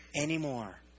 anymore